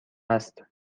است